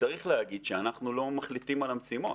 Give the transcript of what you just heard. וצריך להגיד שאנחנו לא מחליטים על המשימות.